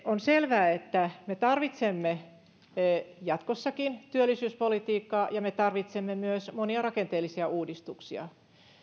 on selvää että me tarvitsemme jatkossakin työllisyyspolitiikkaa ja me tarvitsemme myös monia rakenteellisia uudistuksia